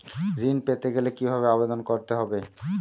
ঋণ পেতে গেলে কিভাবে আবেদন করতে হবে?